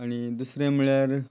आनी दुसरें म्हणल्यार